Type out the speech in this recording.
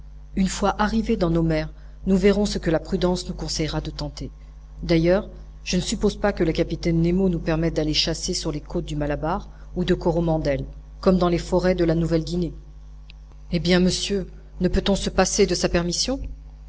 une fois arrivés dans nos mers nous verrons ce que la prudence nous conseillera de tenter d'ailleurs je ne suppose pas que le capitaine nemo nous permette d'aller chasser sur les côtes du malabar ou de coromandel comme dans les forêts de la nouvelle guinée eh bien monsieur ne peut-on se passer de sa permission